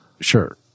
Sure